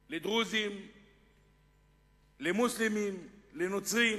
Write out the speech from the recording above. לדרוזים, למוסלמים, לנוצרים.